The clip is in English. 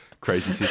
crazy